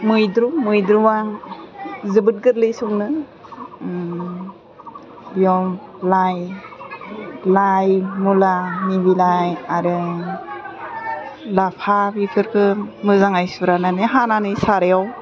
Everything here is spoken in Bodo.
मैद्रु मैद्रुवा जोबोद गोरलै संनो बेयाव लाइ लाइ मुलानि बिलाइ आरो लाफा बेफोरखो मोजाङै सुरानानै हानानै सारायाव